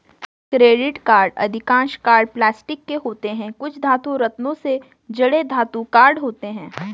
credit card अधिकांश card plastic के होते हैं, कुछ धातु, रत्नों से जड़े धातु कार्ड होते हैं